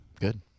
Good